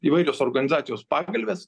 įvairios organizacijos pagalvės